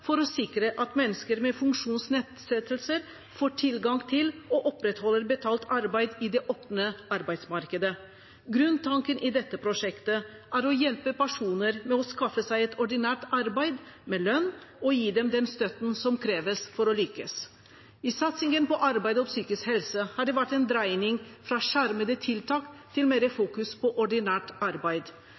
for å sikre at mennesker med funksjonsnedsettelser får tilgang til og opprettholder betalt arbeid i det åpne arbeidsmarkedet. Grunntanken i dette prosjektet er å hjelpe personer med å skaffe seg et ordinært arbeid med lønn og gi dem den støtten som kreves for å lykkes. I satsingen på arbeid og psykisk helse har det vært en dreining fra skjermede tiltak til mer fokus på ordinært arbeid